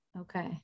Okay